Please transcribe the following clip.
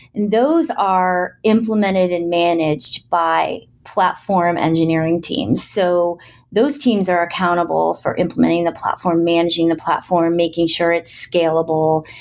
those are implemented and managed by platform engineering teams. so those teams are accountable for implementing the platform, managing the platform. making sure it's scalable,